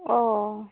ᱚᱻ